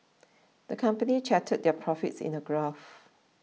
the company charted their profits in a graph